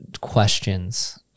questions